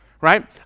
right